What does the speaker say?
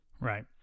Right